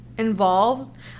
involved